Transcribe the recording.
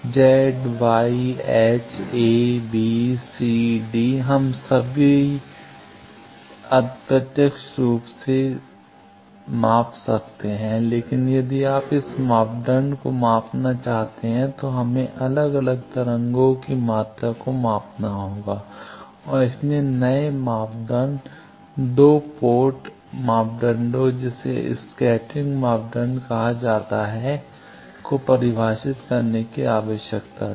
Z Y h a b c d हम अभी भी अप्रत्यक्ष रूप से कर सकते हैं लेकिन यदि आप इस मापदण्ड को मापना चाहते हैं तो हमें अलग अलग तरंगों की मात्रा को मापना होगा और इसीलिए नए मापदण्ड2 पोर्ट मापदंडों जिसे स्कैटरिंग मापदंडों कहा जाता है को परिभाषित करने की आवश्यकता थी